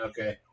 Okay